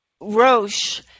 Roche